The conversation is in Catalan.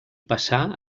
passà